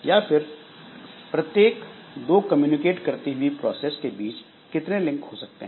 और फिर प्रत्येक दो कम्युनिकेट करती हुई प्रोसेस के बीच कितने लिंक हो सकते हैं